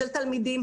של תלמידים,